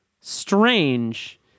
strange